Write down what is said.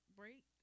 break